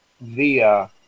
via